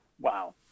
wow